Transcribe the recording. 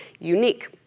unique